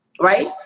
Right